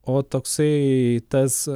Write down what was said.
o toksai tas